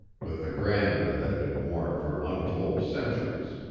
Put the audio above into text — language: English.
with the grandeur that it had worn for untold centuries.